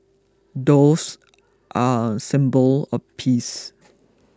doves are a symbol of peace